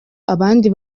abandi